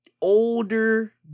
Older